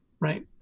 right